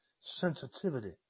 sensitivity